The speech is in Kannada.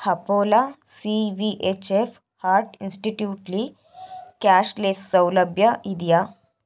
ಹಪೋಲಾ C V H F heart ಇನ್ಸ್ಟಿಟ್ಯೂಟಲ್ಲಿ ಕ್ಯಾಷ್ಲೆಸ್ ಸೌಲಭ್ಯ ಇದೆಯಾ